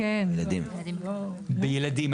בילדים.